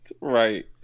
right